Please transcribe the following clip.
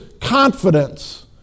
confidence